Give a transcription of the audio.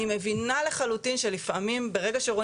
אני מבינה לחלוטין שלפעמים ברגע שרואים